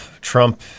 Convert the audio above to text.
Trump